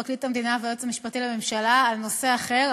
פרקליט המדינה והיועץ המשפטי לממשלה על נושא אחר.